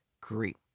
great